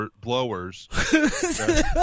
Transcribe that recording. blowers